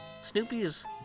Snoopy's